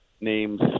names